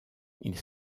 ils